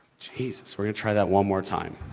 geez. we're gonna try that one more time.